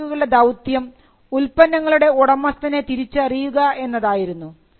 trade മാർക്കുകളുടെ ദൌത്യം ഉൽപ്പന്നങ്ങളുടെ ഉടമസ്ഥനെ തിരിച്ചറിയുക എന്നതായിരുന്നു